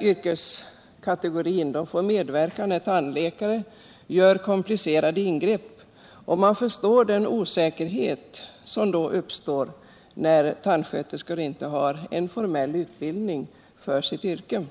Yrkeskategorin tandsköterskor samverkar ofta med tandläkare och gör komplicerade ingrepp. Man förstår den osäkerhet som då uppstår när tandsköterskorna inte har en formell utbildning för sitt yrke.